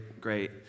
great